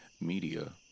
Media